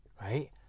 right